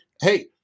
Hey